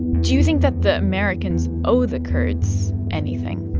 do you think that the americans owe the kurds anything?